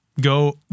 Go